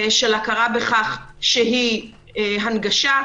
של הכרה בכך שהיא הנגשה,